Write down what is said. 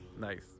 Nice